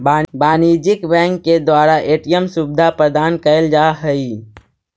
वाणिज्यिक बैंक के द्वारा ए.टी.एम सुविधा प्रदान कैल जा हइ